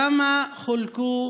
כמה חולקו